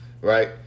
right